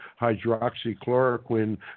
hydroxychloroquine